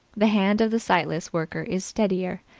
the hand of the sightless worker is steadier,